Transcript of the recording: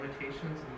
limitations